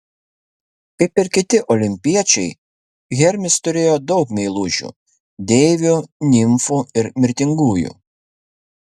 kaip ir kiti olimpiečiai hermis turėjo daug meilužių deivių nimfų ir mirtingųjų